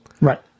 Right